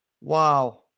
Wow